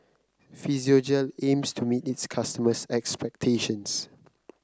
physiogel aims to meet its customers' expectations